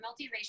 multiracial